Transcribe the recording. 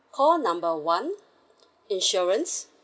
call number one insurance